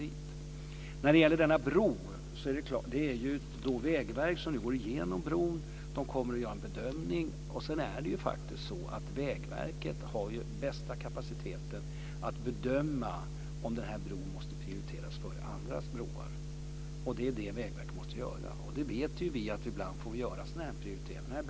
Vad avser bron vill jag framhålla att det är Vägverket som går igenom den och ska göra en bedömning. Det är faktiskt Vägverket som har den bästa kapaciteten att bedöma om den här bron måste prioriteras före andra broar. Det är vad Vägverket måste göra, och det måste ibland göras sådana prioriteringar.